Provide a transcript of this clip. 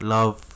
Love